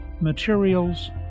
materials